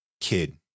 kid